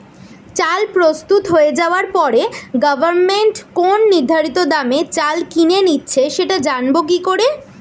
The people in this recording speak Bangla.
চাল প্রস্তুত হয়ে যাবার পরে গভমেন্ট কোন নির্ধারিত দামে চাল কিনে নিচ্ছে সেটা জানবো কি করে?